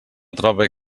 trobe